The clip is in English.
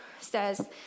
Says